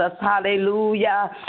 hallelujah